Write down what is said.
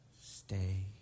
stay